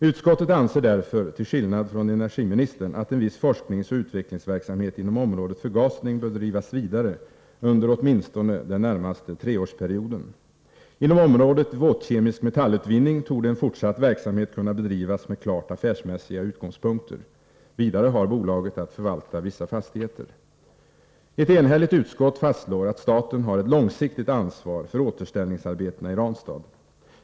Utskottet anser därför, till skillnad från energiministern, att en viss forskningsoch utvecklingsverksamhet inom området förgasning bör drivas vidare under åtminstone den närmaste treårsperioden. Inom området våtkemisk metallutvinning torde en fortsatt verksamhet kunna bedrivas med klart affärsmässiga utgångspunkter. Vidare har bolaget att förvalta vissa fastigheter. Ett enhälligt utskott fastslår att staten har ett långsiktigt ansvar för återställningsarbetena i Ranstad.